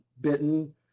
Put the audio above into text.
bitten